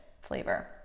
flavor